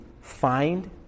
find